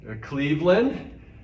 Cleveland